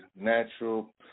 natural